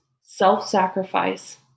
self-sacrifice